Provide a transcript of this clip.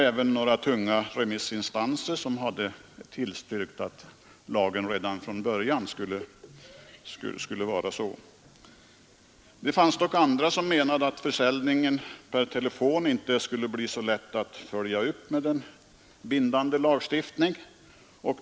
Även några tunga remissinstanser tillstyrkte då att lagen redan från början skulle vara så konstruerad. Det fanns dock andra som menade att försäljningen per telefon inte skulle bli så lätt att följa upp med en bindande lagstiftning.